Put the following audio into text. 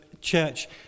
church